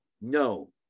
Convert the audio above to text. No